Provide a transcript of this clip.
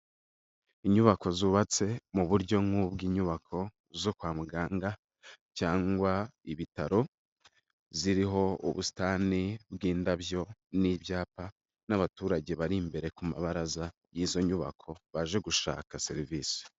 Inyubako zubatse mu buryo nk'ubw'inyubako zo kwa muganga cyangwa ibitaro, ziriho ubusitani bw'indabyo n'ibyapa n'abaturage bari imbere ku mabaraza y'izo nyubako baje gushaka serivisi.